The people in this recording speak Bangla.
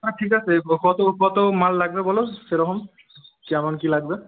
হ্যাঁ ঠিক আছে কতো কতো মাল লাগবে বলো সেরকম কেমন কী লাগবে